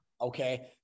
okay